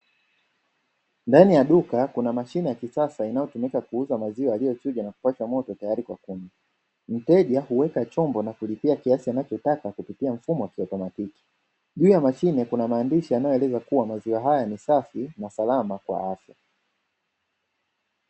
Ndani ya duka kuna mashine ya kisasa inayotumika kuuza maziwa yaliyochujwa na kupashwa moto tayari kwa kunywa, mteja huweka chombo na kulipia kiasi anachotaka kupitia mfumo wa kiautomatiki, juu ya mashine kuna maandishi yanayoeleza kuwa maziwa haya ni safi na salama kwa afya.